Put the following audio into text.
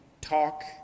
talk